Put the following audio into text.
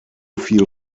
viel